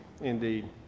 indeed